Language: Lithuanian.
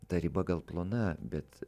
ta riba gal plona bet